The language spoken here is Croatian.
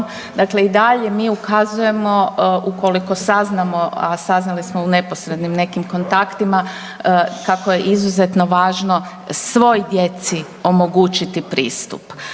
Dakle i dalje mi ukazujemo ukoliko saznamo, a saznali smo u neposrednim nekim kontaktima kako je izuzetno važno svoj djeci omogućiti pristup.